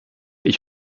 ich